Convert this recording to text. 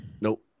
Nope